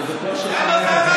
אני בקושי שומע את עצמי,